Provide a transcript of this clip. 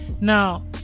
Now